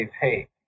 Hey